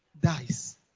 Dies